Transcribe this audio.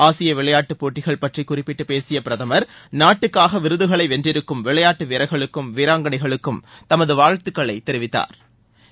ஆசிய விளையாட்டு போட்டிகள் பற்றி குறிப்பிட்டு பேசிய பிரதமர் நாட்டுக்காக விருதுகளை வென்றிருக்கும் விளையாட்டு வீரா்களுக்கும் வீராங்கனைகளுக்கும் தமது வாழ்த்துக்களை தெரிவித்தாா்